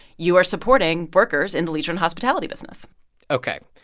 you are supporting workers in the leisure and hospitality business ok.